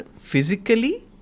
physically